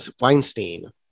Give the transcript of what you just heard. Weinstein